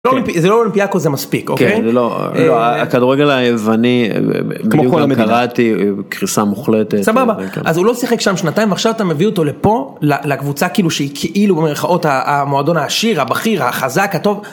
זה לא אולימפיאקו זה מספיק, כדורגל היווני קראתי קריסה מוחלטת, סבבה. אז הוא לא שיחק שם שנתיים ועכשיו אתה מביא אותו לפה לקבוצה כאילו שהיא כאילו במרכאות המועדון העשיר הבכיר החזק הטוב.